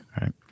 right